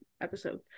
episode